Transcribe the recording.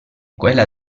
quella